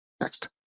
Next